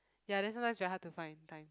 ya then sometime very hard to find time